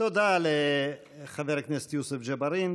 תודה לחבר הכנסת יוסף ג'בארין.